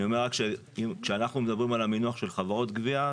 אני אומר שכשאנחנו מדברים על המינוח של חברות גבייה,